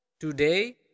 today